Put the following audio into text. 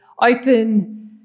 open